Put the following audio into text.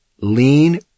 Lean